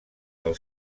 del